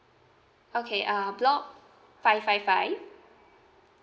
okay uh block five five five